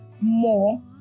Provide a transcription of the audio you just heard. more